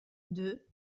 deux